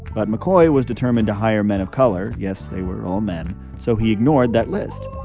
but mccoy was determined to hire men of color yes, they were all men so he ignored that list.